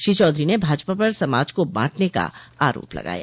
श्री चौधरी ने भाजपा पर समाज को बांटने का आरोप लगाया